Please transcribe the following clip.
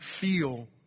feel